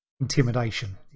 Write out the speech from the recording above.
Intimidation